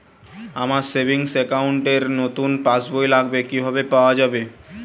আমার savings account র নতুন পাসবই লাগবে কিভাবে পাওয়া যাবে?